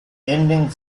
ending